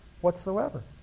whatsoever